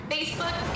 Facebook